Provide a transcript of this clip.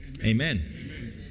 Amen